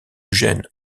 gène